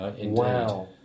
Wow